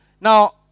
Now